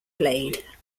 blade